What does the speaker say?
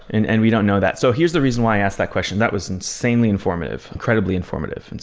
and and we don't know that. so here's the reason why i asked that question. that was insanely informative. incredibly informative,